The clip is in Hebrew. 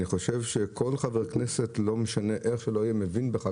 אני חושב שכל חבר כנסת מבין בחקלאות